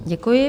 Děkuji.